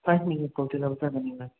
five minute ꯄꯨꯗꯤ ꯂꯧꯖꯒꯅꯤ ꯃꯦꯝ